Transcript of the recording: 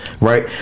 Right